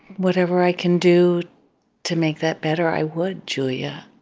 whatever i can do to make that better, i would, julia.